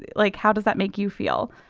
like how does that make you feel.